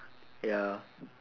ya